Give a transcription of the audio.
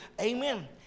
Amen